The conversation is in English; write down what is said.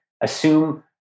Assume